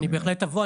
אני בהחלט אבוא.